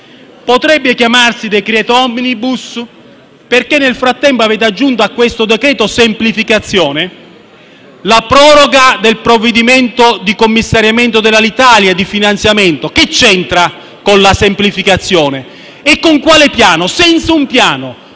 Potrebbe chiamarsi anche "decreto *omnibus*", perché nel frattempo avete aggiunto a questo decreto semplificazione la proroga del provvedimento di commissariamento e di finanziamento dell'Alitalia. Che c'entra con la semplificazione? E con quale piano? Senza un piano: